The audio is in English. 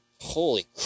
holy